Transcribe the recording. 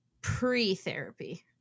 pre-therapy